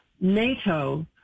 NATO